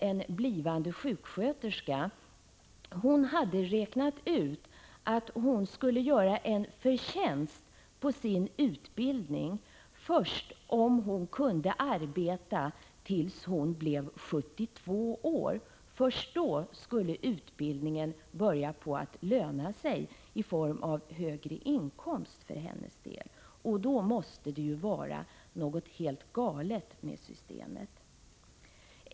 En blivande sjuksköterska redovisade där att hon hade räknat ut att hon skulle göra förtjänst på sin utbildning först när hon arbetat tills hon var 72 år. Först då skulle utbildningen börja löna sig genom högre inkomst för hennes del. Det visar att det måste vara något helt galet med systemet.